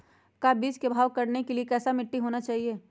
का बीज को भाव करने के लिए कैसा मिट्टी होना चाहिए?